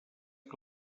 que